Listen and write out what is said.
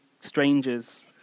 strangers